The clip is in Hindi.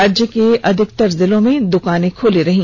राज्य के अधिकतर जिलों में दुकानें खुली रहीं